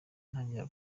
ntangiye